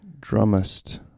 drummist